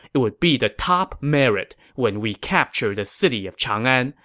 it would be the top merit when we capture the city of chang'an,